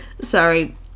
Sorry